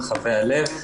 מרחבי הלב.